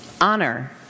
honor